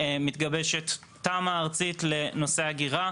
מתגבשת תמ"א ארצית לנושא האגירה.